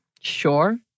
sure